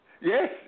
Yes